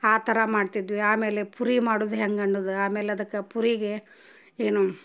ಆ ಥರ ಮಾಡ್ತಿದ್ವಿ ಆಮೇಲೆ ಪೂರಿ ಮಾಡುದು ಹೆಂಗೆ ಅನ್ನುದ್ ಆಮೇಲೆ ಅದಕ್ಕೆ ಪೂರಿಗೆ ಏನು